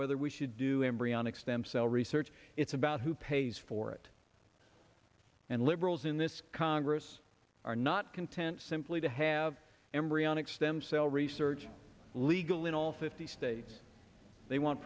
whether we should do embryonic stem cell research it's about who pays for it and liberals in this congress are not content simply to have embryonic stem cell research legal in all fifty states they want